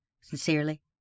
Sincerely